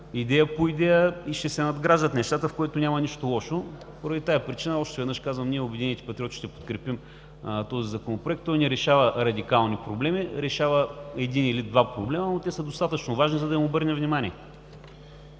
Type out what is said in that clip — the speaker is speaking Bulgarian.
идея по идея, и ще се надграждат нещата, в което няма нищо лошо. Поради тази причина още веднъж казвам, че ние от „Обединени патриоти“ ще подкрепим този Законопроект. Той не решава радикални проблеми, а решава един или два проблема, но те са достатъчно важни, за да им обърнем внимание.